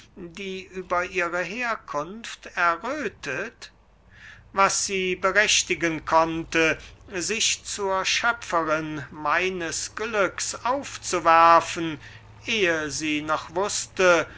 die über ihre herkunft erröthet was sie berechtigen konnte sich zur schöpferin meines glücks aufzuwerfen ehe sie noch wußte